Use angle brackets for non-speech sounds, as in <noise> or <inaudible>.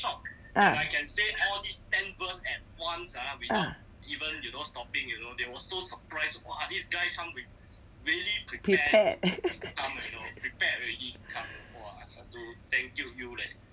ah ah prepared <laughs>